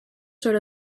sort